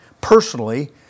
personally